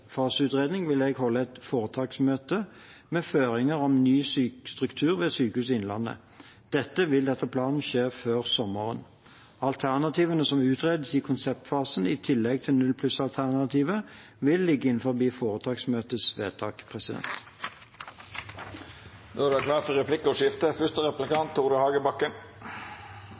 vil jeg holde et foretaksmøte med føringer om ny struktur ved Sykehuset Innlandet. Dette vil etter planen skje før sommeren. Alternativene som utredes i konseptfasen i tillegg til null-pluss-alternativet, vil ligge innenfor foretaksmøtets vedtak.